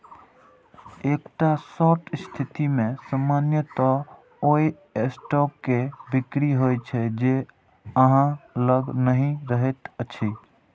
एकटा शॉर्ट स्थिति मे सामान्यतः ओइ स्टॉक के बिक्री होइ छै, जे अहां लग नहि रहैत अछि